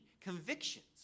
convictions